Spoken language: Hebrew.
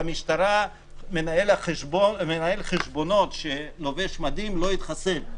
במשטרה, מנהל חשבונות שלובש מדים לא יתחסן.